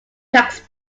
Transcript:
tax